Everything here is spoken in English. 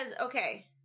okay